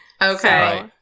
Okay